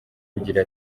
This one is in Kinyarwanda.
kugira